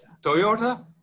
Toyota